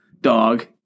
dog